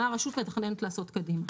מה הרשות מתכננת לעשות קדימה.